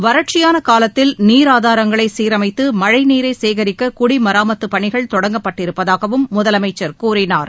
வறட்சியான காலத்தில் நீர் ஆதாரங்களை சீரனமத்து மழைநீரை சேகரிக்க குடிமராமத்துப் பணிகள் தொடங்கப்பட்டிருப்பதாகவும் முதலமைச்சர் கூறினார்